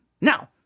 Now